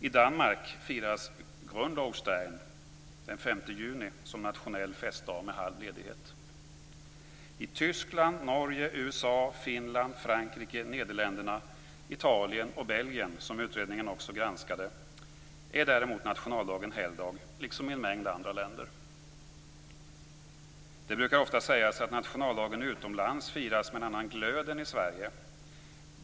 I Danmark firas Frankrike, Nederländerna, Italien och Belgien, som utredningen också granskade, är nationaldagen däremot helgdag liksom i en mängd andra länder. Det brukar ofta sägas att nationaldagen utomlands firas med en annan glöd än i Sverige.